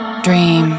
dream